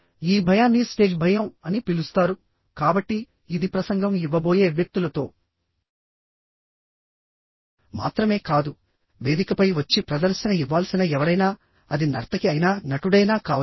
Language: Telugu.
ఈ భయాన్ని స్టేజ్ భయం అని పిలుస్తారు కాబట్టి ఇది ప్రసంగం ఇవ్వబోయే వ్యక్తులతో మాత్రమే కాదు వేదికపై వచ్చి ప్రదర్శన ఇవ్వాల్సిన ఎవరైనా అది నర్తకి అయినా నటుడైనా కావచ్చు